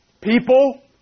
People